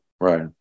Right